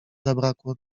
zabrakło